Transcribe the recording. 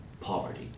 Poverty